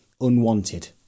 unwanted